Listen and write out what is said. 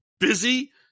Busy